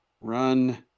Run